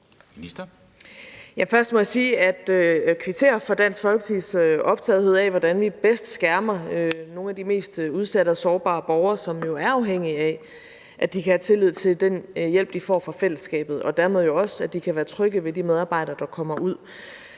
Først må jeg sige, at jeg kvitterer for Dansk Folkepartis optagethed af, hvordan vi bedst skærmer nogle af de mest udsatte og sårbare borgere, som jo er afhængige af, at de kan have tillid til den hjælp, de får fra fællesskabet, og dermed også af, at de kan være trygge ved de medarbejdere, der kommer ud.